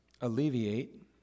alleviate